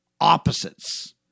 opposites